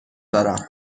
دارم